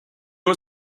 was